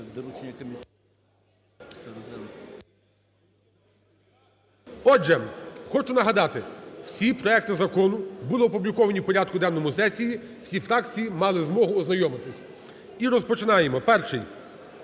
Отже, хочу нагадати, всі проекти закону були опубліковані в порядку денному сесії, всі фракції мали змогу ознайомитись. І розпочинаємо. Перший.